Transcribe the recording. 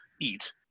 eat